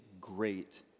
great